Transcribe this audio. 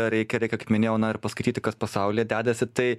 reikia reikia kaip minėjau na ir paskaityti kas pasaulyje dedasi tai